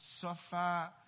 suffer